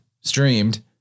streamed